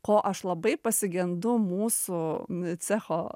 ko aš labai pasigendu mūsų cecho